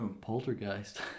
Poltergeist